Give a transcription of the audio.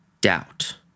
doubt